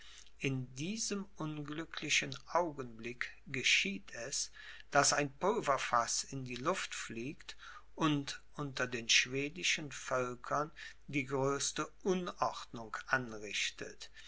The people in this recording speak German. in diesem unglücklichen augenblick geschieht es daß ein pulverfaß in die luft fliegt und unter den schwedischen völkern die größte unordnung anrichtet